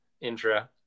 intro